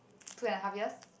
two and a half years